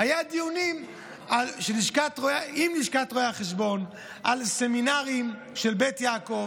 היו דיונים עם לשכת רואי החשבון על סמינרים של בית יעקב.